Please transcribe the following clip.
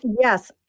yes